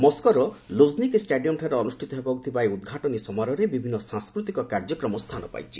ମସ୍କୋର ଲୁଝନିକି ଷ୍ଟାଡିୟମ୍ଠାରେ ଅନୁଷ୍ଠିତ ହେବାକୁ ଥିବା ଏହି ଉଦ୍ଘାଟନୀ ସମାରୋହରେ ବିଭିନ୍ନ ସାଂସ୍କୃତିକ କାର୍ଯ୍ୟକ୍ରମ ସ୍ଥାନ ପାଇଛି